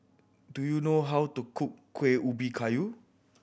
do you know how to cook Kueh Ubi Kayu